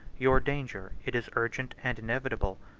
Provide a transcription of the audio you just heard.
your danger it is urgent and inevitable.